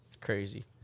crazy